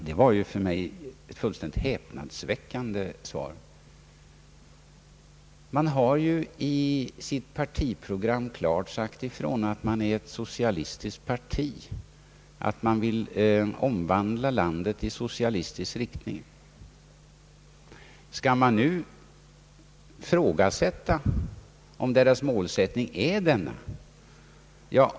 Det var för mig eti fullkomligt häpnadsväckande uttalande. Man har i sitt partiprogram klart sagt ifrån att man utgör ett socialistiskt parti och att man vill omvandla landet i socialistisk riktning. Skall vi nu ifrågasätta om partiets målsättning är denna?